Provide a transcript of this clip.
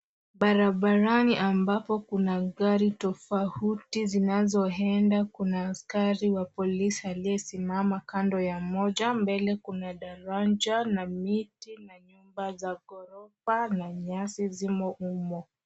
Barabarani ambapo kuna gari tofauti zinazoenda. Kuna askari wa polisi aliyesimama kando ya moja. Mbele kuna daraja na miti na nyumba za ghorofa, na nyasi zimo humo.